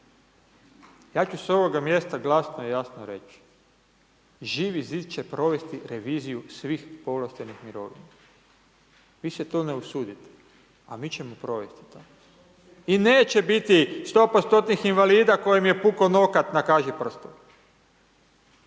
Ja ću sa ovoga mjesta glasno i jasno reći, Živi zid će provesti reviziju svih povlaštenih mirovina. Vi se to ne usudite a mi ćemo provesti to. I neće biti stopa stotnih invalida kojem je pukao nokat na kažiprstu.